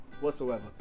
whatsoever